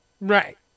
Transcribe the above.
Right